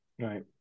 right